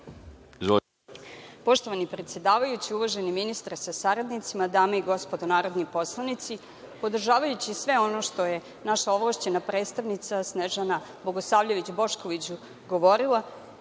Poštovani predsedavajući, uvaženi ministre sa saradnicima, dame i gospodo narodni poslanici, podržavajući sve ono što je naša ovlašćena predstavnica Snežana Bogosavljević Bošković govorila